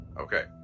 Okay